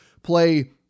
play